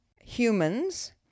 humans